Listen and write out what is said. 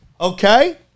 Okay